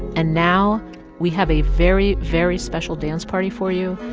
and now we have a very, very special dance party for you,